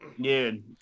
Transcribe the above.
Dude